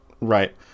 Right